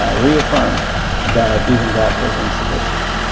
ah reaffirmed that even that was insufficient.